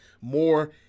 more